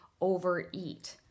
overeat